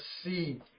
see